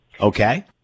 Okay